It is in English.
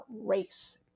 race